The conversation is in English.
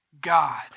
God